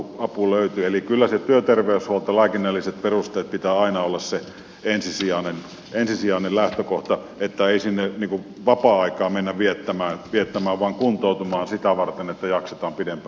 eli kyllä siinä työterveyshuollossa lääkinnällisten perusteiden pitää aina olla se ensisijainen lähtökohta että ei sinne vapaa aikaa mennä viettämään vaan kuntoutumaan sitä varten että jaksetaan pidempään työelämässä